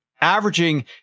averaging